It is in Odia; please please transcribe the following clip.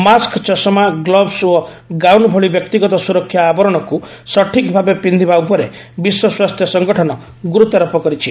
ମାସ୍କ ଚଷମା ଗ୍ଲୋଭ୍ସ ଓ ଗାଉନ୍ ଭଳି ବ୍ୟକ୍ତିଗତ ସୁରକ୍ଷା ଆବରଣକୁ ସଠିକ୍ ଭାବେ ପିିିବା ଉପରେ ବିଶ୍ୱ ସ୍ୱାସ୍ଥ୍ୟ ସଂଗଠନ ଗୁରୁତ୍ୱାରୋପ କରିଛି